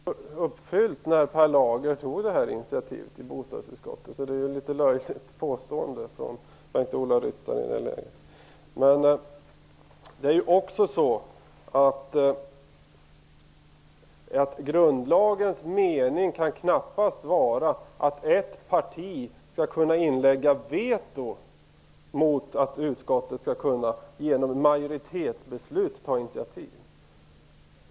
Herr talman! Kravet var inte uppfyllt när Per Lager tog initiativet i bostadsutskottet, så det är ett litet löjligt påstående från Bengt-Ola Ryttar. Grundlagens mening kan knappast vara att ett parti skall kunna inlägga veto mot att utskottet genom majoritetsbeslut tar initiativ.